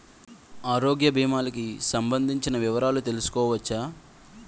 ఆరోగ్య భీమాలకి సంబందించిన వివరాలు తెలుసుకోవచ్చా?